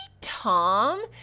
Tom